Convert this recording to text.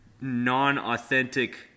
non-authentic